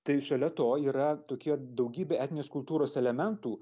tai šalia to yra tokie daugybė etninės kultūros elementų